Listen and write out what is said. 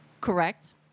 Correct